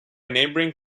neighboring